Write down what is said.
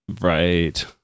Right